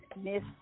Miss